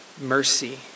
mercy